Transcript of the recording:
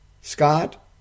Scott